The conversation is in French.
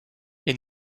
est